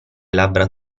labbra